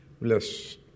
Bless